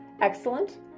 excellent